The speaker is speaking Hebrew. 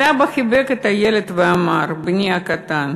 אבל האבא חיבק את הילד ואמר: בני הקטן,